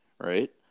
right